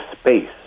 space